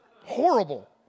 Horrible